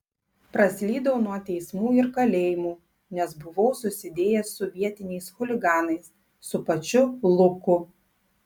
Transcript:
praslydau nuo teismų ir kalėjimų nes buvau susidėjęs su vietiniais chuliganais su pačiu luku